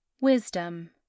Wisdom